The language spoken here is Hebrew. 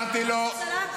ואמרתי לו: תשמע,